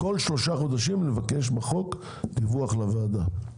כל שלושה חודשים נבקש בחוק, דיווח לוועדה.